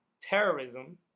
terrorism